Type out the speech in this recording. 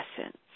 essence